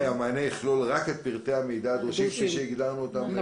המענה יכלול רק את פרטי המידע הדרושים כפי שהגדרנו אותם.